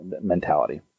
mentality